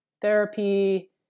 therapy